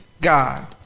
God